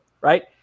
right